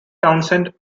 townsend